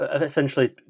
essentially